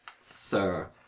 sir